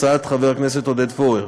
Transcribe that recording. הצעת חבר הכנסת עודד פורר,